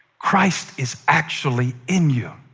christ is actually in you.